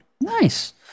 Nice